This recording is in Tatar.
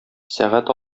сәгать